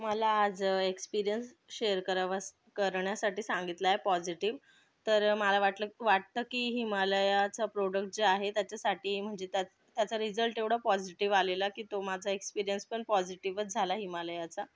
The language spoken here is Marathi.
मला आज एक्सपिरीयन्स शेअर करावास करण्यासाठी सांगितलाय पॉझिटिव्ह तर मला वाटलं वाटतं की हिमालयाचा प्रोडक्ट जे आहे त्याच्यासाठी म्हणजे त्या त्याचा रिझल्ट एवढा पॉझिटिव्ह आलेला कि तो माझा एक्सपिरीयन्स पण पॉसिटीव्हच झाला हिमालयाचा